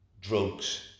Drugs